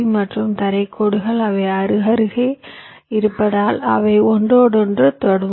D மற்றும் தரை கோடுகள் அவை அருகருகே இருப்பதால் அவை ஒன்றையொன்று தொடும்